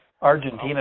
Argentina